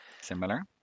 similar